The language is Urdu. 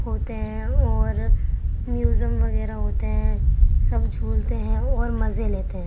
ہوتے ہیں اور میوزیم وغیرہ ہوتے ہیں سب جھولتے ہیں اور مزے لیتے ہیں